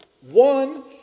One